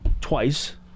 twice